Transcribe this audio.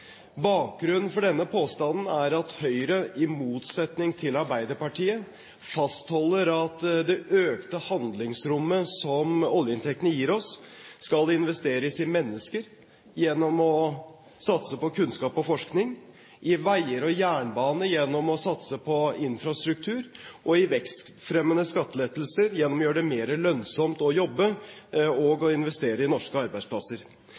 Bakgrunnen for denne påstanden er at Høyre i motsetning til Arbeiderpartiet fastholder at det økte handlingsrommet som oljeinntektene gir oss, skal investeres i mennesker gjennom å satse på kunnskap og forskning, i veier og jernbane gjennom å satse på infrastruktur, i vekstfremmende skattelettelser gjennom å gjøre det mer lønnsomt å jobbe, og i norske arbeidsplasser.